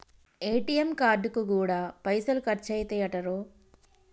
ATM కార్డుకు గూడా పైసలు ఖర్చయితయటరో